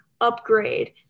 upgrade